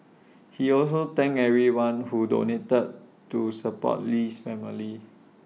he also thanked everyone who donated to support Lee's family